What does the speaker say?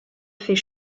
fait